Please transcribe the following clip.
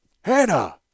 Hannah